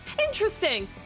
interesting